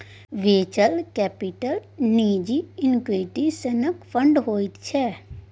venture capital निजी equity सनक fund होइ छै